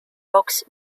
books